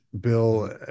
Bill